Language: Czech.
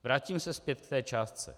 Vrátím se zpět k té částce.